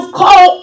call